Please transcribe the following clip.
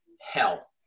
hell